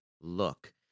look